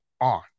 On